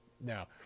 Now